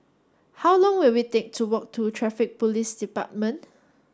how long will it take to walk to Traffic Police Department